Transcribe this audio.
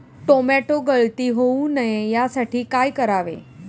Tomato गळती होऊ नये यासाठी काय करावे?